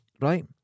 right